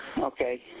Okay